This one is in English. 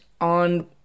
on